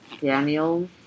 Daniel